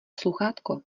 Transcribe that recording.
sluchátko